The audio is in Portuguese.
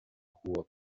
rua